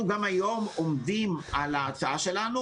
אנחנו גם היום עומדים על ההצעה שלנו,